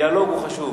הדיאלוג הוא חשוב.